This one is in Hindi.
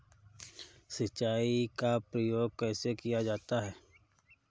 सिंचाई का प्रयोग कैसे किया जाता है?